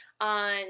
on